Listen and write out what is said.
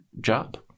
job